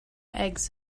eggs